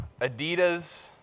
Adidas